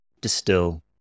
distill